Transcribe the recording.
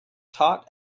taught